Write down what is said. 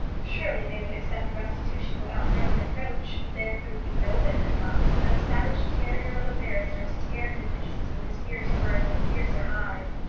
surely they would accept restitution without further reproach. then there would be no witness-box, no savage terrier of a barrister to tear him in pieces with his fierce words and fiercer eyes.